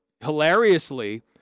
hilariously